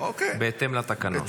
בהתאם לתקנון.